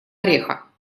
ореха